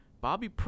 Bobby